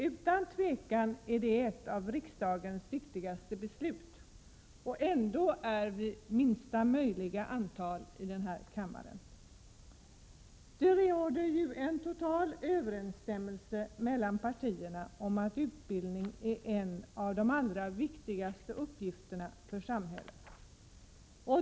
Utan tvivel är detta ett av riksdagens viktigaste ärenden, men ändå är antalet ledamöter här i kammaren det minsta möjliga. Det råder en total överensstämmelse mellan partierna om att utbildning är en av de allra viktigaste uppgifterna för samhället.